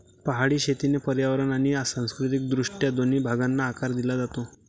पहाडी शेतीने पर्यावरण आणि सांस्कृतिक दृष्ट्या दोन्ही भागांना आकार दिला आहे